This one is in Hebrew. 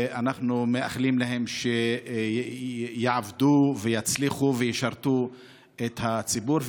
אנחנו מאחלים להם שיעבדו ויצליחו וישרתו את הציבור.